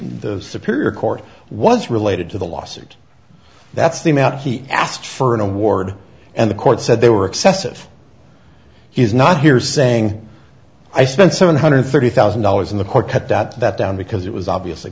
the superior court was related to the lawsuit that's the amount he asked for an award and the court said they were excessive he is not here saying i spent seven hundred thirty thousand dollars in the court cut that down because it was obviously